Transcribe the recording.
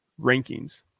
rankings